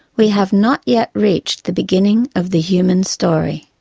we have not yet reached the beginning of the human story.